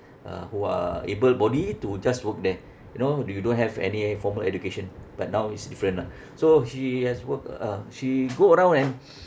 uh who are able body to just work there you know do~ you don't have any formal education but now is different ah so she has worked uh she go around and